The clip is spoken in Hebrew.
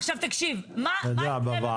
עכשיו תקשיב, מה יקרה במצב כזה?